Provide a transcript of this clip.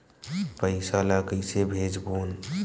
पईसा ला कइसे भेजबोन?